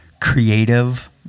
creative